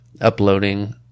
uploading